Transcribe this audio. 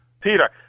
Peter